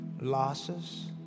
losses